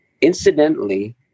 incidentally